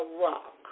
rock